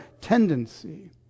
tendency